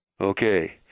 Okay